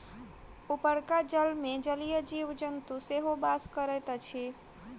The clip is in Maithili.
उपरका जलमे जलीय जीव जन्तु सेहो बास करैत अछि